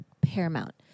paramount